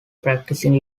practicing